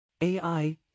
AI